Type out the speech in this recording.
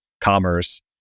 commerce